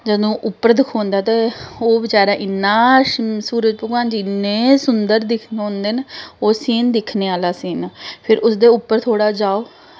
जदूं उप्पर दखोंदा ते ओह् बेचारा इन्ना सूरज भगवान जी इ'न्ने सुन्दर दखोंदे न ओह् सीन दिक्खने आह्ला सीन फिर उसदे उप्पर थोह्ड़ा जाओ